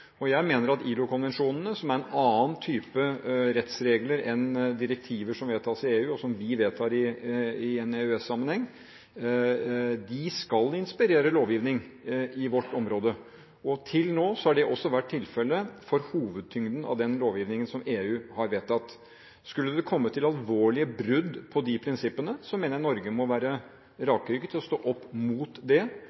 området. Jeg mener at ILO-konvensjonene, som er en annen type rettsregler enn direktiver som vedtas i EU, og som vi vedtar i en EØS-sammenheng, skal inspirere lovgivning i vårt område. Til nå har det også vært tilfellet for hovedtyngden av den lovgivningen som EU har vedtatt. Skulle det komme til alvorlige brudd på de prinsippene, mener jeg Norge må være